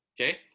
okay